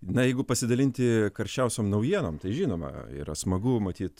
na jeigu pasidalinti karščiausiom naujienom tai žinoma yra smagu matyt